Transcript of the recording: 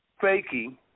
faking